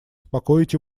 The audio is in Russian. успокоить